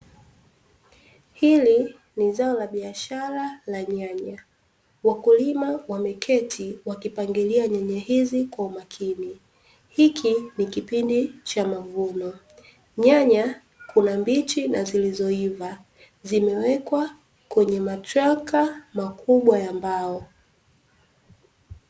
Hili na zao la biashara la nyanya, wakulima wameketi wakipangilia nyanya hizi kwa umakini. Hiki ni kipindi cha mavuno, nyanya kuna mbichi na zilizoiva zimewekwa kwenye matranka makubwa ya mbao.